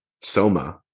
Soma